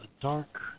dark